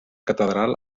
catedral